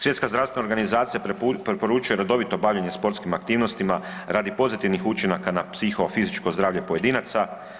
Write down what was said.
Svjetska zdravstvena organizacija preporučuje redovito bavljenje sportskim aktivnostima radi pozitivnih učinaka na psihofizičko zdravlje pojedinaca.